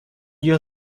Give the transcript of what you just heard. your